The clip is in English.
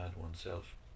oneself